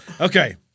Okay